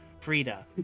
Frida